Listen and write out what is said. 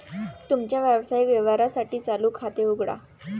तुमच्या व्यावसायिक व्यवहारांसाठी चालू खाते उघडा